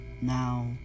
Now